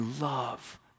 love